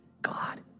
God